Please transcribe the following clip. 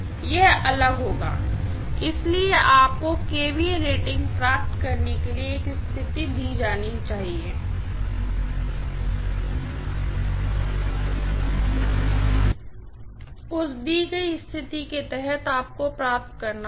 यह अलग होगा इसलिए आपको kVA रेटिंग प्राप्त करने के लिए एक स्थिति दी जानी चाहिए उस दी गई स्थिति के तहत आपको प्राप्त करना होगा